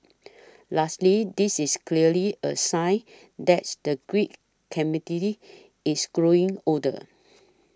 lastly this is clearly a sign that's the geek is growing older